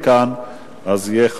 התשע”א 2011,